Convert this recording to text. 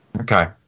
Okay